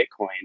Bitcoin